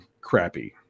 crappy